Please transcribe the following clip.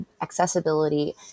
accessibility